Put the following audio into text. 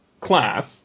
class